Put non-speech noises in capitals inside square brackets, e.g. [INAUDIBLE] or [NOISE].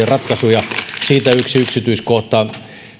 [UNINTELLIGIBLE] ratkaisuja siitä yksi yksityiskohta